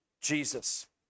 Jesus